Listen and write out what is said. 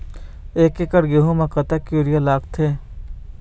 एक एकड़ गेहूं म कतक यूरिया लागथे?